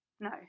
No